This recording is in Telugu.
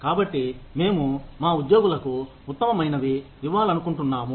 కాబట్టి మేము మా ఉద్యోగులకు ఉత్తమమైనవి ఇవ్వాలనుకుంటున్నాము